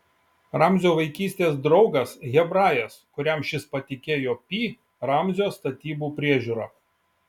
ramzio vaikystės draugas hebrajas kuriam šis patikėjo pi ramzio statybų priežiūrą